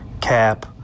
cap